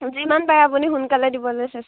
যিমান পাৰে আপুনি সোনকালে দিবলৈ চেষ্টা